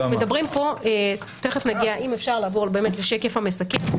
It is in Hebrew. אם אפשר להגיע לשקף המסכם.